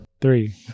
Three